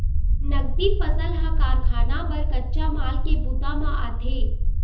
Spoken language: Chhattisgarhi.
नगदी फसल ह कारखाना बर कच्चा माल के बूता म आथे